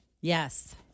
Yes